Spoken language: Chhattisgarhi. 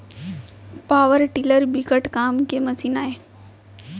पवर टिलर बिकट काम के मसीन आय